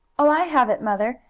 oh, i have it, mother,